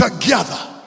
together